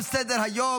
41 נגד.